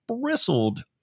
bristled